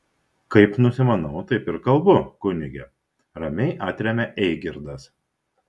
kaip nusimanau taip ir kalbu kunige ramiai atremia eigirdas